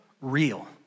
real